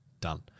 done